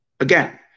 Again